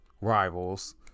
rivals